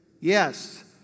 yes